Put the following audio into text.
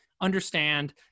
understand